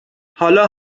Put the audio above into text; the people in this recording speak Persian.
حالا